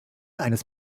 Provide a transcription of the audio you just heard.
eines